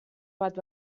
bat